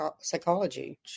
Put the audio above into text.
psychology